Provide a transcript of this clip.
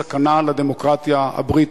סכנה לדמוקרטיה הבריטית.